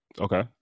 Okay